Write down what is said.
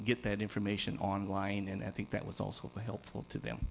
get that information online and i think that was also helpful to them